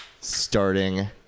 starting